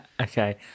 okay